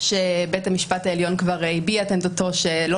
כשבית המשפט העליון כבר הביע את עמדתו שלא